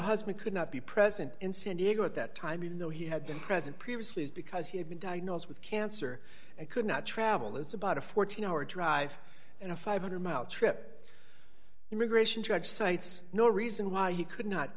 husband could not be present in san diego at that time even though he had been present previously is because he had been diagnosed with cancer and could not travel it's about a fourteen hour drive and a five hundred mile trip immigration judge cites no reason why he could not